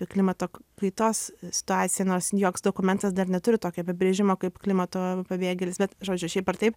ir klimato kaitos situacija nors joks dokumentas dar neturi tokio apibrėžimo kaip klimato pabėgėlis bet žodžiu šiaip ar taip